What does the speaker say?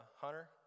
Hunter